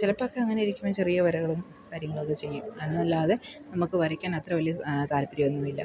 ചിലപ്പോഴൊക്കെ അങ്ങനെ ഇരിക്കുമ്പോൾ ചെറിയ വരകളും കാര്യങ്ങളൊക്കെ ചെയ്യും എന്നല്ലാതെ നമുക്ക് വരയ്ക്കാൻ അത്ര വലിയ താല്പര്യമൊന്നുമില്ല